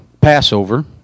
Passover